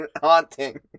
Haunting